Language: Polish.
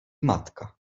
matka